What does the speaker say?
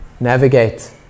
navigate